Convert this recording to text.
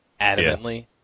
adamantly